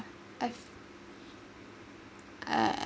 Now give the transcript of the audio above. I’ve I